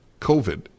covid